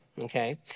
okay